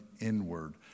inward